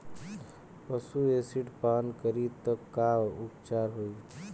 पशु एसिड पान करी त का उपचार होई?